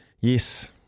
Yes